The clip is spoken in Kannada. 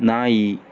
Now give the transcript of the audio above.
ನಾಯಿ